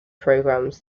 programs